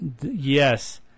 Yes